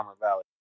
Valley